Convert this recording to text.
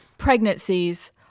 pregnancies